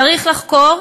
צריך לחקור,